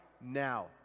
now